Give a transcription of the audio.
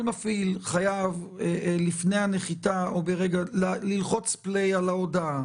כל מפעיל חייב לפני הנחיתה ללחוץ play על ההודעה.